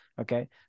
Okay